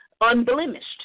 unblemished